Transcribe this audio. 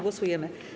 Głosujemy.